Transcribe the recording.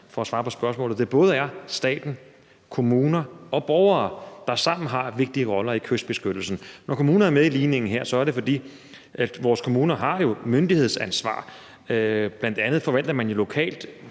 for at svare på spørgsmålet – at det både er staten, kommunerne og borgerne, der sammen har vigtige roller i kystbeskyttelsen. Når kommuner er med i ligningen her, er det, fordi vores kommuner jo har myndighedsansvar. Bl.a. forvalter man jo lokalt